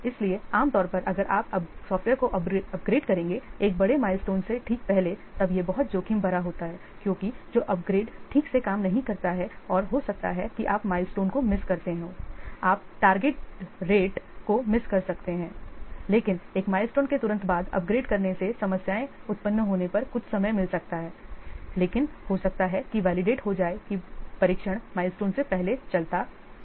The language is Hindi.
इसलिए आम तौर पर अगर आप सॉफ्टवेयर को अपग्रेड करेंगे एक बड़े milestone से ठीक पहले तब यह बहुत जोखिम भरा होता है क्योंकि जो अपग्रेड ठीक से काम नहीं करता है और हो सकता है कि आप milestoneको मिस करते हों आप टार्गेट रेट को मिस कर सकते हैं लेकिन एक milestone के तुरंत बाद अपग्रेड करने से समस्याएँ उत्पन्न होने पर कुछ समय मिल सकता है लेकिन हो सकता है कि validate हो जाएं की परीक्षण milestone से पहले चलता है